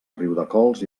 riudecols